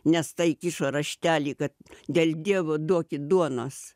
nes ta įkišo raštelį kad dėl dievo duokit duonos